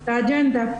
את האג'נדה.